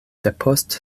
depost